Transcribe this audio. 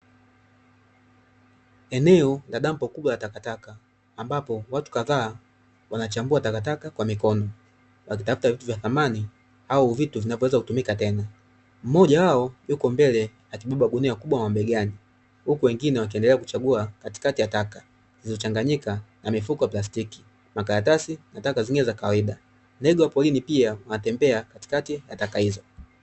Eneo la dampo kubwa la takataka, ambapo watu kadhaa wakichambua takataka kwa mikono, wakitafuta vitu vya thamani au vitu vinavyoweza kutumika tena. Mmoja wao yuko mbele akibeba gunia kubwa mabegani, huku wengine wakiendelea kuchagua katikati ya taka zilichanganyika na mifuko ya plastiki, karatasi na taka nyingine za kawaida. Ndege wa porini pia wanatembea katikati ya taka hizo.